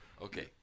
Okay